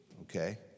Okay